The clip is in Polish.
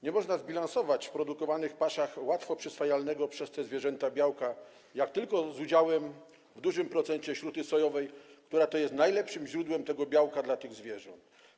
Nie można zbilansować w produkowanych paszach łatwo przyswajalnego przez te zwierzęta białka, jak tylko z udziałem w dużym procencie śruty sojowej, która jest najlepszym źródłem tego białka dla tych zwierząt.